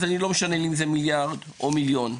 ולא משנה לי אם זה מיליארד או מיליון,